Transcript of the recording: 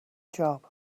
job